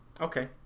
Okay